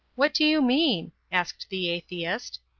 what do you mean? asked the atheist.